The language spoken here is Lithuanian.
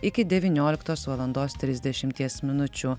iki devynioliktos valandos trisdešimties minučių